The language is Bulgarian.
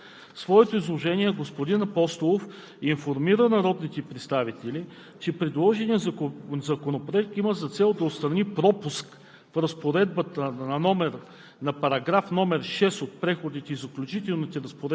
От името на вносителите Законопроектът беше представен от народния представител Стефан Апостолов. В своето изложение господин Апостолов информира народните представители, че предложеният законопроект има за цел да отстрани пропуск